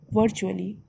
virtually